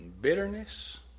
bitterness